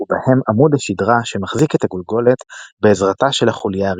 ובהם עמוד השדרה שמחזיק את הגולגולת בעזרתה של החוליה הראשונה,